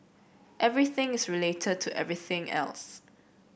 everything is related to everything else